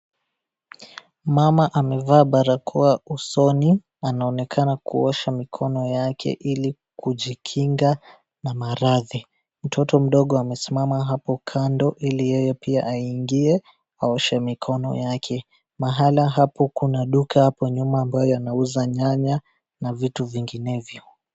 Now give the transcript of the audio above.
Mama amevaa barakoa usoni anaoneka kuosha mikono yake ili kujikinga na maradhi mtoto mdogo amesimama hapo kando ili yeye pia aingie aoshe mikono yake mahala hapo kuna duka hapo nyuma ambayo yanauza nyanya na vitu vinginevyo.